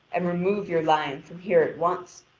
and remove your lion from here at once,